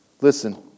Listen